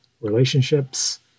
relationships